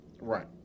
Right